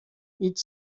idź